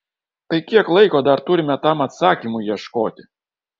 tai kiek laiko dar turime tam atsakymui ieškoti